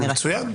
מצוין.